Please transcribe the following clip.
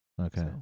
Okay